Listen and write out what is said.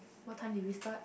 what time did we start